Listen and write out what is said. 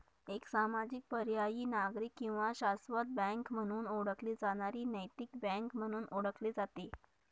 एक सामाजिक पर्यायी नागरिक किंवा शाश्वत बँक म्हणून ओळखली जाणारी नैतिक बँक म्हणून ओळखले जाते